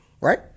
right